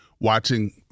watching